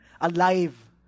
alive